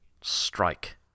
Strike